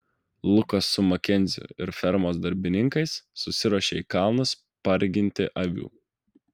lukas su makenziu ir fermos darbininkais susiruošė į kalnus parginti avių